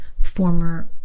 former